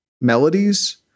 melodies